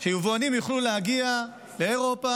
שיבואנים יוכלו להגיע לאירופה,